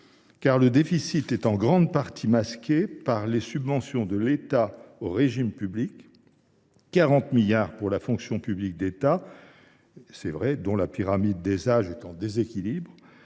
car le déficit est en grande partie masqué par les subventions de l’État aux régimes publics : 40 milliards d’euros pour la fonction publique d’État – dont la pyramide des âges est en déséquilibre